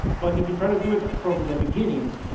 but if you try to do it from the beginning,